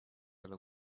alla